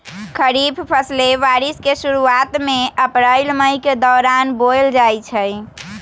खरीफ फसलें बारिश के शुरूवात में अप्रैल मई के दौरान बोयल जाई छई